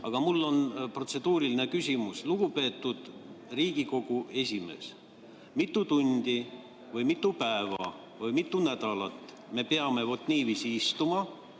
mul on protseduuriline küsimus. Lugupeetud Riigikogu esimees! Mitu tundi või mitu päeva või mitu nädalat me peame vaat niiviisi istuma,